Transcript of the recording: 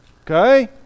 Okay